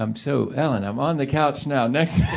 um so, ellen, i'm on the couch now, next?